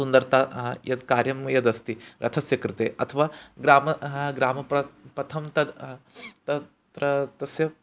सुन्दरता यत् कार्यं यदस्ति रथस्य कृते अथवा ग्रामे ग्रामे प्र प्रथमं तद् तत्र तस्य